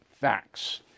facts